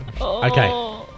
Okay